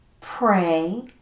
Pray